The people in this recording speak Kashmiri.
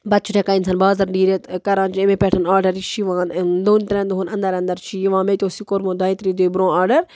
پَتہٕ چھُ ہیٚکان اِنسان بازَر نیٖرتھ کَران چھِ أمی پٮ۪ٹھ آرڈَر یہِ چھِ یِوان دۄن ترٛیٚن دۄَہَن اَنَدَر اَنَدَر چھُ یہِ یِوان مےٚ تہِ اوس یہِ کوٚرمُت دۄیہِ ترٛےٚ دۄہ برونٛہہ آرڈَر